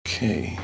Okay